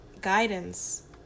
guidance